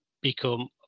become